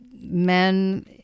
men